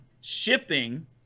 shipping